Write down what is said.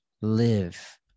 live